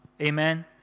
Amen